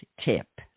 tip